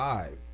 Five